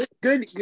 good